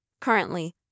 Currently